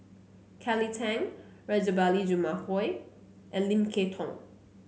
Kelly Tang Rajabali Jumabhoy and Lim Kay Tong